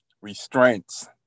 restraints